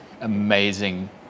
amazing